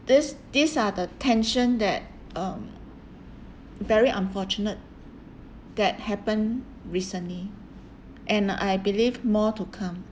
these these are the tension that um very unfortunate that happen recently and I believe more to come